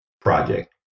project